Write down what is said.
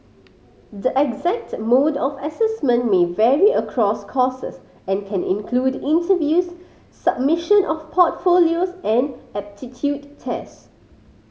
the exact mode of assessment may vary across courses and can include interviews submission of portfolios and aptitude test